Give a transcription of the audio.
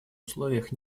условиях